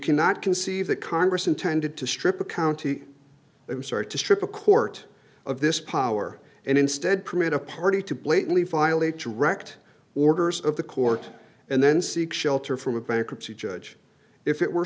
cannot conceive that congress intended to strip a county start to strip a court of this power and instead permit a party to blatantly violate direct orders of the court and then seek shelter from a bankruptcy judge if it were